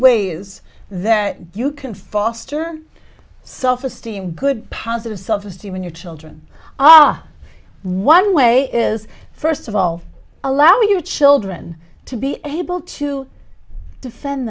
ways that you can foster self esteem good positive self esteem in your children ah one way is first of all allow your children to be able to defend